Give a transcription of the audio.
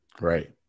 Right